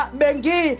bengi